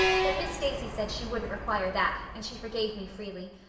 but miss stacy said she wouldn't require that, and she forgave me freely.